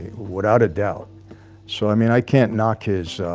without a doubt so i mean i can't knock his